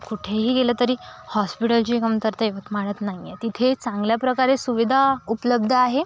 कुठंही गेलं तरी हॉस्पिटलची कमतरता यवतमाळेत नाही येत तिथे चांगल्या प्रकारे सुविधा उपलब्ध आहे